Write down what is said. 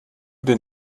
den